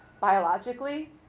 biologically